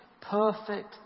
Perfect